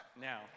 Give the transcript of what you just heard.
now